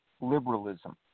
liberalism